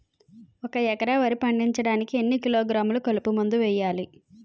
ఒక ఎకర వరి పండించటానికి ఎన్ని కిలోగ్రాములు కలుపు మందు వేయాలి?